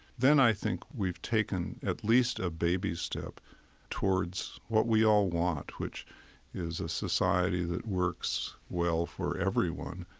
then i think we've taken at least a baby step towards what we all want, which is a society that works well for everyone.